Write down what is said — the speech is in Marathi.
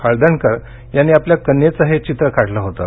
हळदणकर यांनी आपल्या कन्येचं हे चित्र काढलं होतं